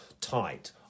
tight